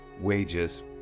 wages